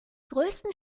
größten